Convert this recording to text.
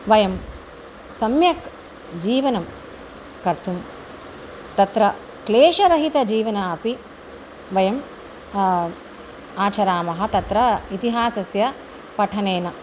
वयं सम्यक् जीवनं कर्तुं तत्र क्लेशरहितं जीवनमपि वयं आचरामः तत्र इतिहासस्य पठनेन